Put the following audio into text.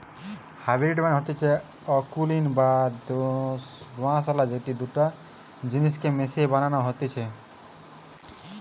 hybrid মানে হতিছে অকুলীন বা দোআঁশলা যেটি দুটা জিনিস কে মিশিয়ে বানানো হতিছে